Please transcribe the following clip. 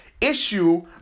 issue